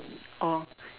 oh